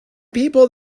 people